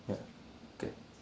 ya okay